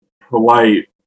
polite